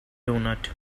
doughnut